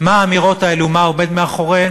מה האמירות האלה ומה עומד מאחוריהן,